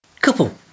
couple